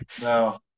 No